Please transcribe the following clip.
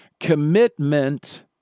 Commitment